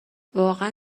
واقعا